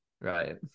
Right